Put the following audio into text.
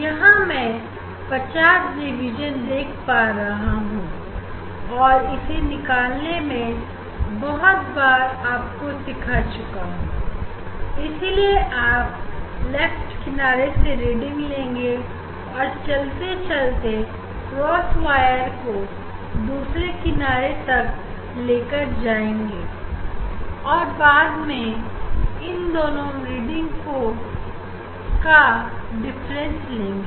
यहां मैं 50 डिवीजन देख पा रहा हूं और इसे निकालना में बहुत बार आपको सिखा चुका हूं इसीलिए आप लेफ्ट किनारे से रीडिंग लेंगे और चलते चलते क्रॉस वायर को दूसरे किनारे तक लेकर जाएंगे और बाद में इन दोनों रीडिंग का डिफरेंस लेंगे